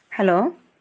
hello